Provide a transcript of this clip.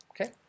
Okay